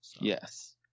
Yes